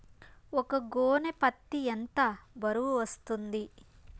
ఒక గోనె పత్తి ఎంత బరువు వస్తుంది?